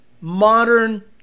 modern